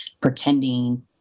pretending